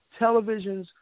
televisions